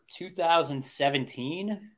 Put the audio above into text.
2017